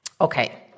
Okay